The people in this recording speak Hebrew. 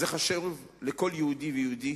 זה חשוב לכל יהודי ויהודי,